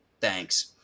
thanks